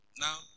Now